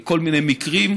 כל מיני מקרים,